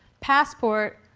passport,